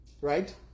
right